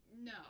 no